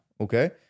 okay